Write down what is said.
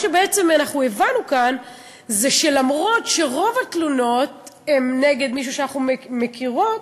מה שהבנו כאן זה שלמרות שרוב התלונות הן נגד מישהו שאנחנו מכירות,